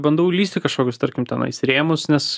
bandau lįst į kažkokius tarkim tenais rėmus nes